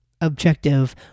objective